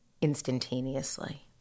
instantaneously